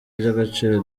ry’agaciro